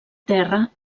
terra